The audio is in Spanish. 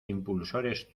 impulsores